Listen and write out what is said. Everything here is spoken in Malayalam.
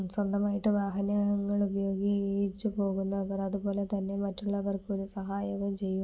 സ്വന്തമായിട്ട് വാഹനങ്ങൾ ഉപയോഗിച്ചു പോകുന്നവർ അതുപോലെത്തതന്നെ മറ്റുള്ളവർക്ക് ഒരു സഹായവും ചെയ്യുവാൻ